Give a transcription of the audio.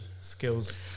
skills